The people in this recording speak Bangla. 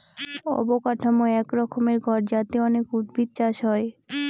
অবকাঠামো এক রকমের ঘর যাতে অনেক উদ্ভিদ চাষ হয়